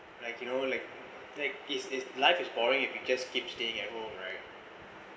like you know like like is his life is boring if you just keep staying at home right